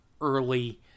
early